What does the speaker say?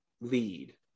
lead